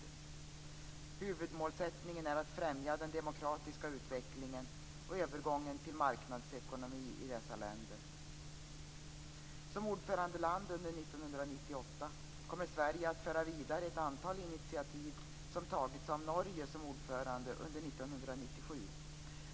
Huvudmålsättningen är att främja den demokratiska utvecklingen och övergången till marknadsekonomi i dessa länder. Som ordförandeland under 1998 kommer Sverige att föra vidare ett antal initiativ som tagits av Norge som ordförande under 1997.